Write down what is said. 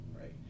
Right